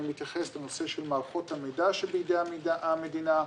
אני מתייחס לנושא של מערכות המידע שבידי המדינה,